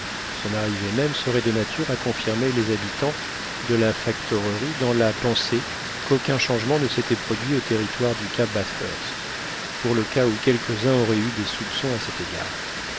son arrivée même serait de nature à confirmer les habitants de la factorerie dans la pensée qu'aucun changement ne s'était produit au territoire du cap bathurst pour le cas où quelques-uns auraient eu des soupçons à cet égard